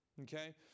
Okay